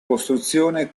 costruzione